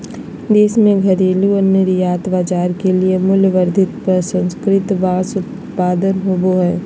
देश में घरेलू और निर्यात बाजार के लिए मूल्यवर्धित प्रसंस्कृत बांस उत्पाद होबो हइ